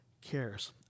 cares